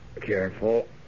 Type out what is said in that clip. Careful